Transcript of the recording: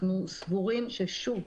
אנחנו סבורים ששוב,